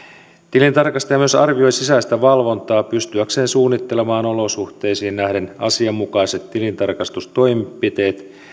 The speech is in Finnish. tilintarkastaja myös arvioi sisäistä valvontaa pystyäkseen suunnittelemaan olosuhteisiin nähden asianmukaiset tilintarkastustoimenpiteet